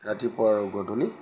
ৰাতিপুৱা আৰু গধূলি